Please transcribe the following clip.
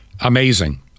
Amazing